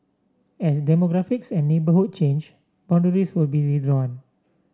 an demographics and neighbourhood change boundaries will be redrawn